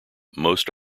most